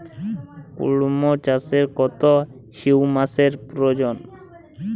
কুড়মো চাষে কত হিউমাসের প্রয়োজন?